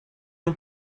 não